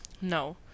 no